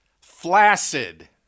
Flaccid